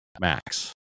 max